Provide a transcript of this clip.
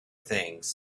things